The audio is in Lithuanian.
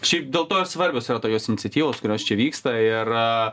šiaip dėl to ir svarbios yra tokios iniciatyvos kurios čia vyksta ir